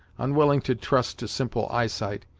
unwilling to trust to simple eyesight,